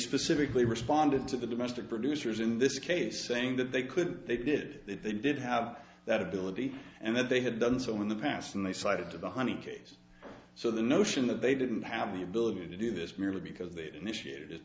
specifically responded to the domestic producers in this case saying that they could they did that they did have that ability and that they had done so in the past and they cited to the honey case so the notion that they didn't have the ability to do this merely because they initiated it is